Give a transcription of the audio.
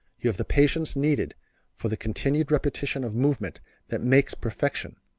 you have the patience needed for the continued repetition of movement that makes perfection.